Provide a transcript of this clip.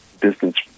distance